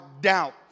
doubt